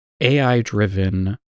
AI-driven